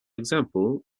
example